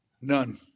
None